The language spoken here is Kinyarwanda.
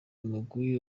umugwi